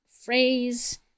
phrase